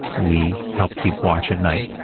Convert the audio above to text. we helped keep watch at night,